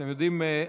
אתם יודעים,